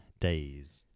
days